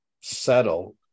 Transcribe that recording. settle